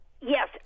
Yes